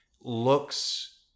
looks